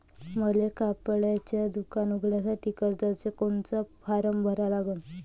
मले कपड्याच दुकान उघडासाठी कर्जाचा कोनचा फारम भरा लागन?